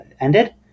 ended